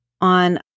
on